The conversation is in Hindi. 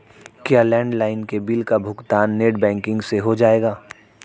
क्या लैंडलाइन के बिल का भुगतान नेट बैंकिंग से हो जाएगा?